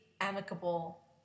amicable